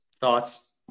Thoughts